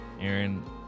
Aaron